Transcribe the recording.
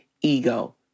ego